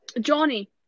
Johnny